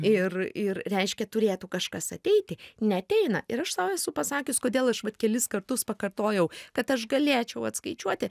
ir ir reiškia turėtų kažkas ateiti neateina ir aš sau esu pasakius kodėl aš vat kelis kartus pakartojau kad aš galėčiau atskaičiuoti